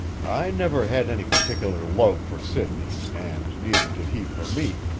i never had any particular love for sidney, and neither did he for me,